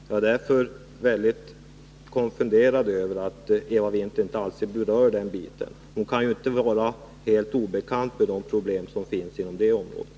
Jag blir därför mycket konfunderad när Eva Winther inte alls berör den biten. Hon kan inte vara helt obekant med de problem som finns inom det området.